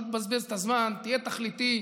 אל תבזבז את הזמן, תהיה תכליתי: